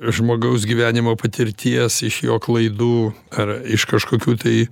žmogaus gyvenimo patirties iš jo klaidų ar iš kažkokių tai